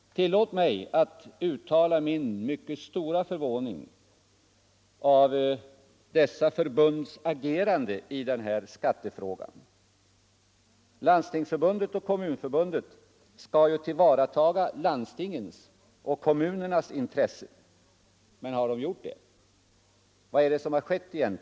Tillåt mig uttala min mycket stora förvåning över dessa förbunds agerande i skattefrågan. Landstingsförbundet och Kommunförbundet skall ju tillvarata landstingens och kommunernas intressen, men har de gjort det? Vad är det som egentligen har skett?